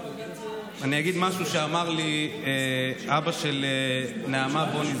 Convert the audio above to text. אני אגיד משהו שאמר לי אבא של נעמה בוני,